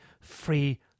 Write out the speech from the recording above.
free